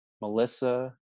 Melissa